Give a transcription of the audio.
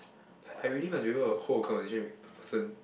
I I really must be able to hold a conversation with the person